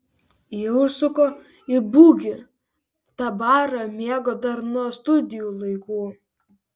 ji užsuko į bugį tą barą mėgo dar nuo studijų laikų